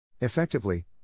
Effectively